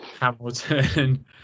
Hamilton